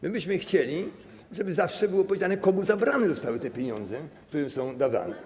My byśmy chcieli, żeby zawsze było powiedziane, komu zabrane zostały te pieniądze, które są dawane.